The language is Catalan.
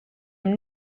amb